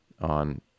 on